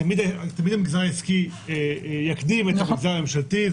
תמיד המגזר העסקי יקדים את המגזר הממשלתי,